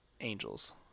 Angels